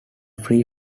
free